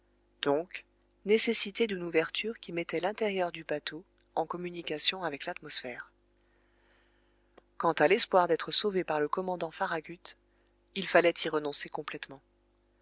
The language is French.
donc nécessité d'une ouverture qui mettait l'intérieur du bateau en communication avec l'atmosphère quant à l'espoir d'être sauvé par le commandant farragut il fallait y renoncer complètement